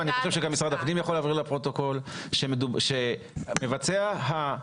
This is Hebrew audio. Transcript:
ואני חושב שגם משרד הפנים יכול להבהיר לפרוטוקול שמבצע ההעברה,